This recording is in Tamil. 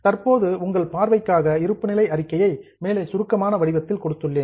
தற்போது உங்கள் பார்வைக்காக இருப்புநிலை அறிக்கையை மேலே சுருக்கமான வடிவத்தில் கொடுத்துள்ளேன்